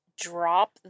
drop